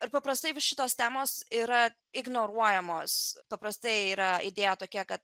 ir paprastai šitos temos yra ignoruojamos paprastai yra idėja tokia kad